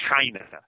China